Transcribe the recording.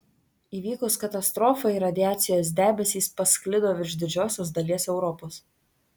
įvykus katastrofai radiacijos debesys pasklido virš didžiosios dalies europos